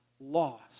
lost